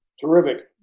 Terrific